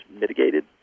mitigated